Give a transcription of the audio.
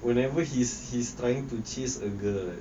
whenever he's he's trying to chase a girl